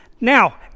Now